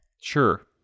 Sure